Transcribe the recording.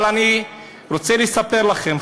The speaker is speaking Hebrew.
אבל אני רוצה לספר לכם,